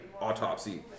autopsy